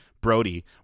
Brody